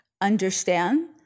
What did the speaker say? understand